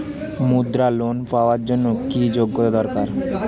মুদ্রা লোন পাওয়ার জন্য কি যোগ্যতা দরকার?